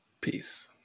Peace